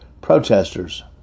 protesters